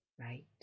right